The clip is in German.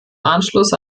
anschluss